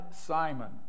Simon